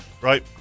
right